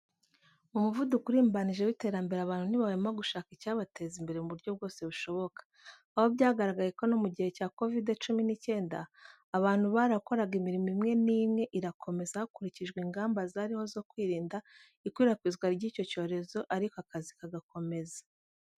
Mu muvuduko urimbanije w'iterambere abantu ntibahwema gushaka icyabateza imbere mu buryo bwose bushoboka. Aho byagaragaye ko no mu gihe cya kovide cumi n'icyenda abantu barakoraga imirimo imwe n'imwe irakomeza hakurikijwe ingamba zariho zo kwirinda ikwirakwizwa z'icyo cyorezo ariko akazi kagakomeza.